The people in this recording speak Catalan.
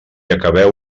acabeu